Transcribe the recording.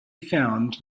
found